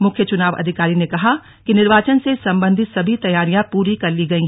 मुख्य चुनाव अधिकारी ने कहा कि निर्वाचन से संबंधित सभी तैयारियां पूरी कर ली गई हैं